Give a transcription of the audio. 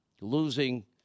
losing